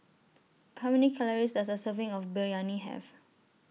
How Many Calories Does A Serving of Biryani Have